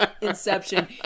inception